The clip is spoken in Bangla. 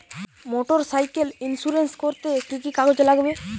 মোটরসাইকেল ইন্সুরেন্স করতে কি কি কাগজ লাগবে?